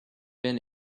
been